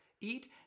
eat